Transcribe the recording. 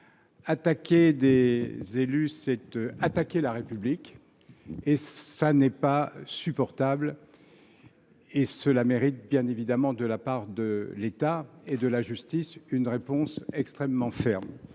Attaquer des élus, c’est attaquer la République. Cela n’est pas supportable, et cela appelle de la part de l’État et de la justice une réponse extrêmement ferme.